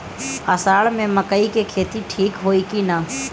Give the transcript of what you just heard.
अषाढ़ मे मकई के खेती ठीक होई कि ना?